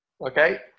Okay